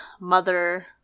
mother